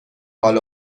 حال